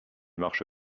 marche